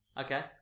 okay